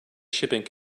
shipping